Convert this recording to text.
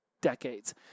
decades